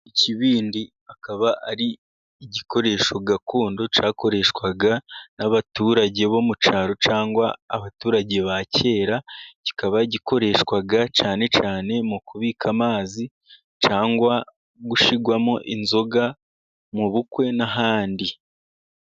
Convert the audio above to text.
Ikibindi akaba ari igikoresho gakondo cyakoreshwaga n'abaturage bo mu cyaro cyangwa abaturage ba kera, kikaba gikoreshwa cyane cyane mu kubika amazi cyangwa gushyirwamo inzoga mu bukwe n'ahandi.